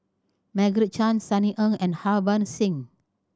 Margaret Chan Sunny Ang and Harbans Singh